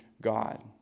God